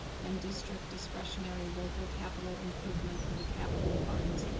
and district discretionary local capital improvement for the capital funds,